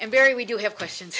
and very we do have questions